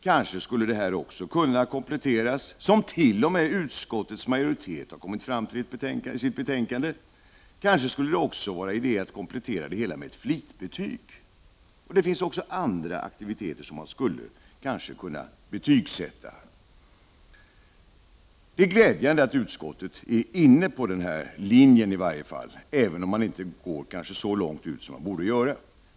Kanske skulle det här också kunna kompletteras, som t.o.m. utskottets majoritet har kommit fram till i sitt betänkande, med ett flitbetyg. Det finns också andra aktiviteter som man kanske skulle kunna betygssätta. Det är glädjande att utskottet är inne på den här linjen i varje fall, även om man inte går så långt som man borde göra.